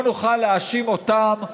לא נוכל להאשים אותם,